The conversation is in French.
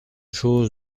chose